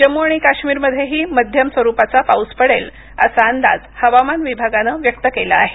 जम्मू आणि काश्मीरमध्येही मध्यम स्वरुपाचा पाऊस पडेल असा अदाज हवामान विभागानं व्यक्त केला आहे